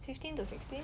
fifteen to sixteen